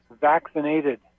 vaccinated